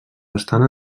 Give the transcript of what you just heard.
bastant